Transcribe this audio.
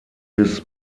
bis